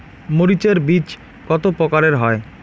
মরিচ এর বীজ কতো প্রকারের হয়?